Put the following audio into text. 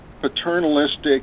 paternalistic